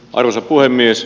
arvoisa puhemies